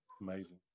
Amazing